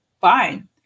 fine